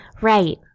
right